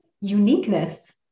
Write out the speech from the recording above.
uniqueness